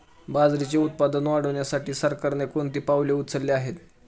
बाजरीचे उत्पादन वाढविण्यासाठी सरकारने कोणती पावले उचलली आहेत?